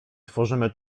tworzymy